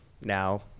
now